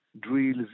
drills